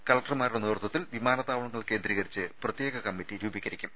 കലക്ടർമാരുടെ നേതൃത്വത്തിൽ വിമാനത്താവളങ്ങൾ കേന്ദ്രീകരിച്ച് പ്രത്യേക കമ്മറ്റി രൂപീകരിക്കും